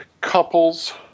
couples